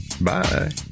bye